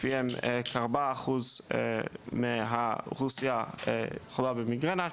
לפיהם 4% מהאוכלוסייה חולה במיגרנה,